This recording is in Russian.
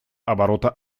оборота